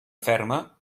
ferma